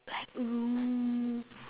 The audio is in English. like roof